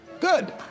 Good